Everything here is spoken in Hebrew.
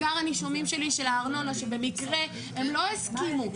מאגר הנישומים של הארנונה שבמקרה הם לא הסכימו,